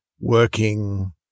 working